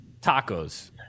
tacos